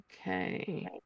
okay